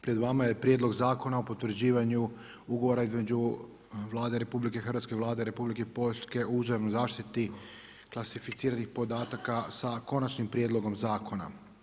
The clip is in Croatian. Pred vama je Prijedlog Zakona o potvrđivanju ugovora između Vlade RH i Vlade Republike Poljske o uzajamnoj zaštiti klasificiranih podataka, sa konačnim prijedlogom zakona.